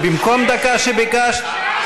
זה במקום דקה שביקשת?